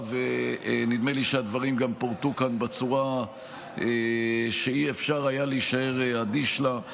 ונדמה לי שהדברים גם פורטו כאן בצורה שלא היה אפשר להישאר אדיש לה,